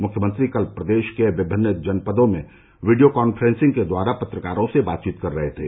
मुख्यमंत्री कल प्रदेश के विभिन्न जनपदों में वीडियो कांफ्रेंसिंग के द्वारा पत्रकारों से बातचीत कर रहे थे